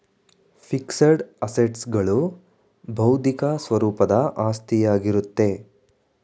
fixed assets ಗಳು ಬೌದ್ಧಿಕ ಸ್ವರೂಪದ ಆಸ್ತಿಯಾಗಿರುತ್ತೆ